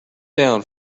down